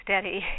steady